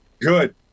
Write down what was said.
Good